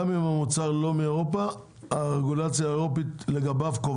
גם אם המוצר לא מאירופה הרגולציה האירופית קובעת לגביו?